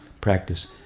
practice